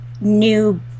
new